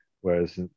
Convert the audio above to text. Whereas